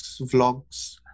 vlogs